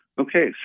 Okay